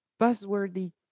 buzzworthy